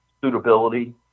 suitability